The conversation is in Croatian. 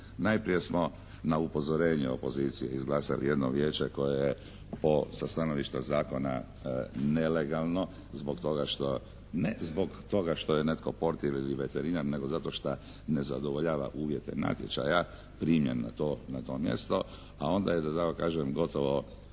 Najprije smo na upozorenje opozicije izglasali jedno vijeće koje je po, sa stanovišta zakona nelegalno zbog toga što, ne zbog toga što je netko portir ili veterinar nego zato šta ne zadovoljava uvjete natječaja primljen na to mjesto. A onda je da tako kažem gotovo